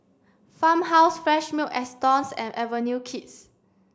Farmhouse Fresh Milk Astons and Avenue Kids